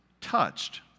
touched